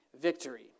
victory